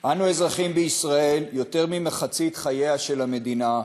"אנו אזרחים בישראל יותר ממחצית חייה של המדינה,